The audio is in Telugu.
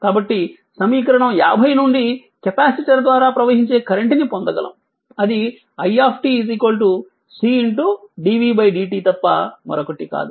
కాబట్టి సమీకరణం 50 నుండి కెపాసిటర్ ద్వారా ప్రవహించే కరెంట్ ని పొందగలము అది i C dv dt తప్ప మరొకటి కాదు